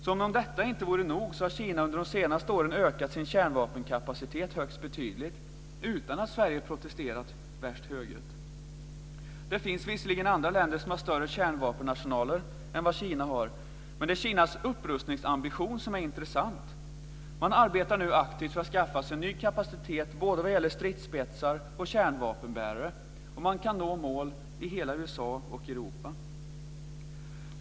Som om detta inte vore nog har Kina under de senaste åren ökat sin kärnvapenkapacitet högst betydligt utan att Sverige protesterat så värst högljutt. Det finns visserligen andra länder som har större kärnvapenarsenaler än vad Kina har, men det är Kinas upprustningsambition som är intressant. Man arbetar nu aktivt för att skaffa sig ny kapacitet vad gäller både stridsspetsar och kärnvapenbärare. Man kan nå mål i hela USA och Europa.